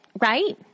right